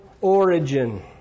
origin